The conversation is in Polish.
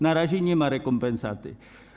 Na razie nie ma rekompensaty.